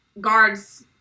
guards